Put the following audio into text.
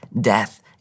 death